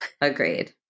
Agreed